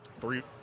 three